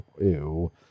Ew